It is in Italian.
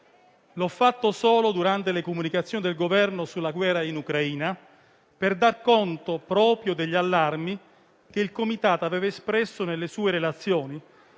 L'ho fatto solo durante le comunicazioni del Governo sulla guerra in Ucraina, per dar conto proprio degli allarmi che il Comitato aveva espresso nelle sue relazioni